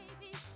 baby